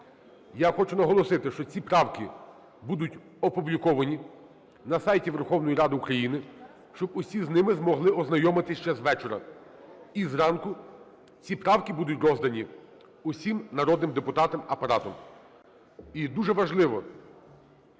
Я хочу наголосити, що ці правки будуть опубліковані на сайті Верховної Ради України, щоб усі з ними змогли ознайомитись ще звечора. І зранку ці правки будуть роздані усім народним депутатам Апаратом.